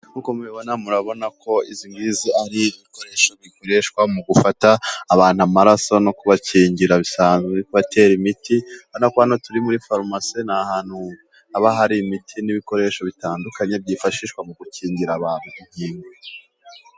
Nkuko mubibona murabona ko izi nk'izi ari ibikoresho bikoreshwa mu gufata abantu amaraso no kubakingira batera imiti urabona ko hano turi muri farumasi ni ahantu haba hari imiti n'ibikoresho bitandukanye byifashishwa mu gukingira abantu inkingo.